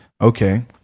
okay